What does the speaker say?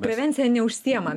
prevencija neužsiima